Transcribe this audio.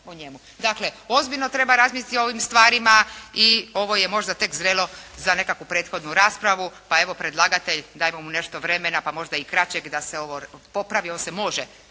Dakle, ozbiljno treba razmisliti o ovim stvarima i ovo je možda tek zrelo za nekakvu prethodnu raspravu, pa evo predlagatelj dajmo mu nešto vremena pa možda i kraćeg da se ovo popravi. On se može